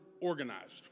organized